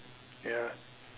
ya